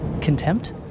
Contempt